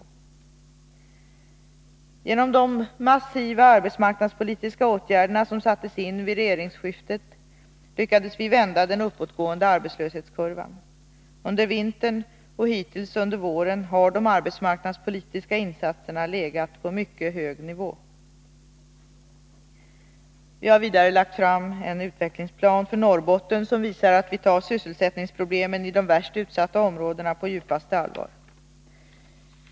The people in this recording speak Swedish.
Genom de massiva arbetsmarknadspolitiska åtgärder som sattes in vid regeringsskiftet lyckades vi vända den uppåtgående arbetslöshetskurvan. Under vintern och hittills under våren har de arbetsmarknadspolitiska insatserna legat på mycket hög nivå. Vi har vidare lagt fram en utvecklingsplan för Norrbotten som visar att vi tar sysselsättningsproblemen i de värst utsatta områdena på djupaste allvar.